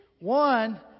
One